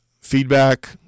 feedback